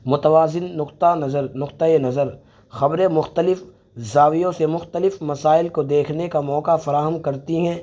متوازن نقطہ نظر نقطہ نظر خبریں مختلف زاویوں سے مختلف مسائل کو دیکھنے کا موقع فراہم کرتی ہیں